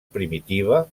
primitiva